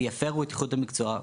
ויפירו את איכות המקצוע,